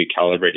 calibrating